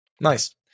Nice